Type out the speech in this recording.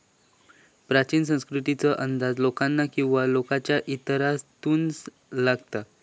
प्राचीन संस्कृतीचो अंदाज लेखांकन किंवा लेखाच्या इतिहासातून लागता